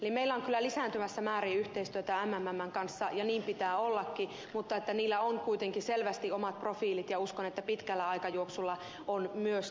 meillä on kyllä lisääntyvässä määrin yhteistyötä mmmn kanssa ja niin pitää ollakin mutta näillä on kuitenkin selvästi omat profiilit ja uskon että pitkällä aikajuoksulla on myöskin